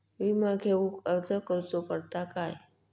विमा घेउक अर्ज करुचो पडता काय?